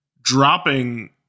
dropping